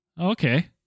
okay